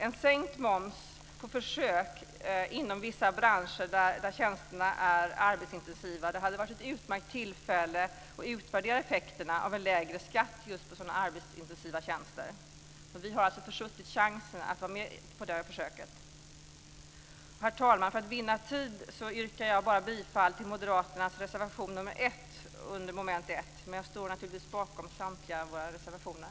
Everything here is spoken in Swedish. En sänkt moms på försök inom vissa branscher där tjänsterna är arbetsintensiva hade varit ett utmärkt tillfälle att utvärdera effekterna av lägre skatt på arbetsintensiva tjänster. Men vi har alltså försuttit chansen att delta i detta försök. Herr talman! För att vinna tid yrkar jag bifall bara till moderaternas reservation nr 1 under mom. 1, men jag står naturligtvis bakom samtliga våra reservationer.